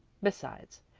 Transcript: besides,